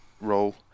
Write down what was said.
role